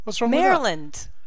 Maryland